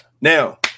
now